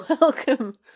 Welcome